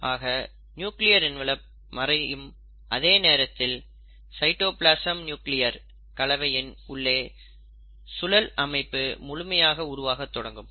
ஆக nuclear envelope மறையும் அதே நேரத்தில் சைட்டோபிளாசம் நியூக்ளியர் கலவையின் உள்ளே சூழல் அமைப்பு முழுமையாக உருவாகத் தொடங்கும்